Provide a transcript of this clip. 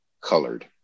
colored